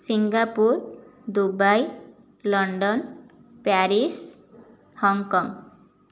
Singapore Dubai London Paris Hong Kong